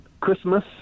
Christmas